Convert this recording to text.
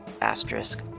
asterisk